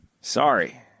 Sorry